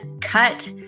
Cut